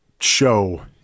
show